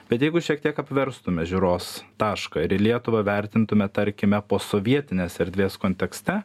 bet jeigu šiek tiek apverstume žiūros tašką ir į lietuvą vertintume tarkime posovietinės erdvės kontekste